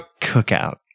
Cookout